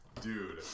Dude